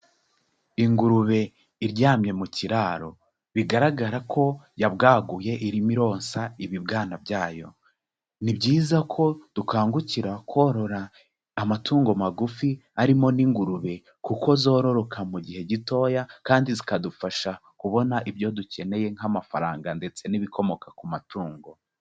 Ingurube iryamye mu kiraro bigaragara ko yabwaguye irimi ironsa ibibwana byayo, ni byiza ko dukangukira korora amatungo magufi arimo n'ingurube kuko zororoka mu gihe gitoya kandi zikadufasha kubona ibyo dukeneye nk'amafaranga ndetse n'ibikomoka ku matungo.